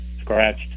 scratched